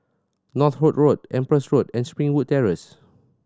Northolt Road Empress Road and Springwood Terrace